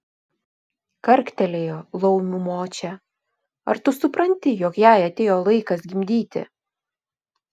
karktelėjo laumių močia ar tu supranti jog jai atėjo laikas gimdyti